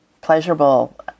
pleasurable